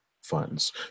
funds